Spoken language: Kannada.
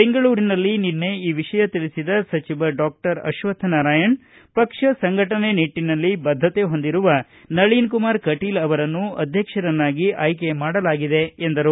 ಬೆಂಗಳೂರಿನಲ್ಲಿ ನಿನ್ನೆ ಈ ವಿಷಯ ತಿಳಿಸಿದ ಸಚಿವ ಡಾಕ್ಟರ್ ಅಶ್ವಥ ನಾರಾಯಣ ಪಕ್ಷ ನಿಟ್ಟನಲ್ಲಿ ಬದ್ಧತೆ ಹೊಂದಿರುವ ನಳೀನ್ ಕುಮಾರ್ ಕಟೀಲ್ ಅವರನ್ನು ಅಧ್ಯಕ್ಷರನ್ನಾಗಿ ಆಯ್ಕೆ ಮಾಡಲಾಗಿದೆ ಎಂದರು